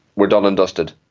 we're done and dusted,